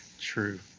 True